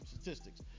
statistics